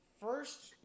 First